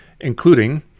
including